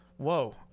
Whoa